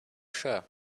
sure